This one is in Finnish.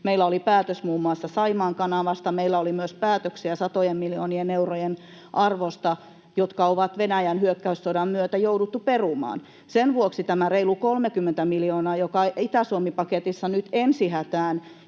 Meillä oli päätös muun muassa Saimaan kanavasta, meillä oli myös päätöksiä satojen miljoonien eurojen arvosta, jotka on Venäjän hyökkäyssodan myötä jouduttu perumaan. Sen vuoksi tämä reilu 30 miljoonaa, joka Itä-Suomi-paketissa nyt ensi hätään